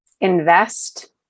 Invest